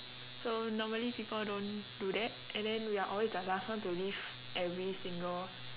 so normally people don't do that and then we are always the last one to leave every single